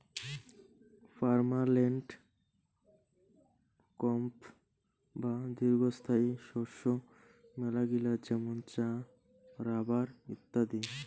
permanent crop বা দীর্ঘস্থায়ী শস্য মেলাগিলা যেমন চা, রাবার ইত্যাদি